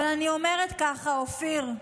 אבל אני אומרת ככה, אופיר,